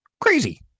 Crazy